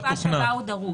"למשך התקופה שבה הוא דרוש."